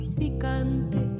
picante